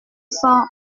cents